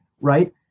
right